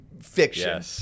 fiction